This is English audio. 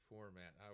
Format